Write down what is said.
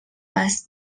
les